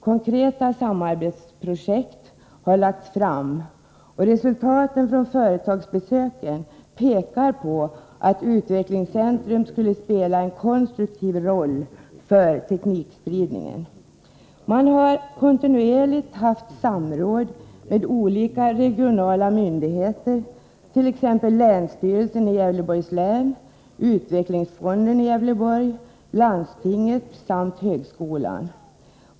Konkreta samarbetsprojekt har lagts fram, och resultaten från företagsbesöken pekar på att detta utvecklingscentrum skulle spela en konstruktiv roll för teknikspridningen. Man har kontinuerligt haft samråd med olika regionala myndigheter, t.ex. länsstyrelsen i Gävleborgs län, utvecklingsfonden i Gävleborg, landstinget och högskolan.